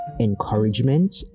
encouragement